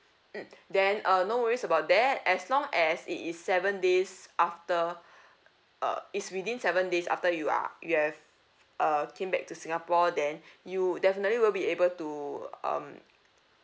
mm then uh no worries about that as long as it is seven days after uh it's within seven days after you are you have uh came back to singapore then you definitely will be able to um